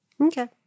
Okay